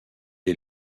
est